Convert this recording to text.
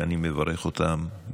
ואני מברך אותם,